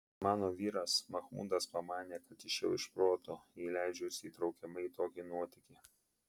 mano vyras machmudas pamanė kad išėjau iš proto jei leidžiuosi įtraukiama į tokį nuotykį